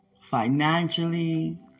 Financially